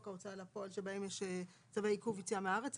ההוצאה לפועל שבהם יש צווי עיכוב יציאה מן הארץ,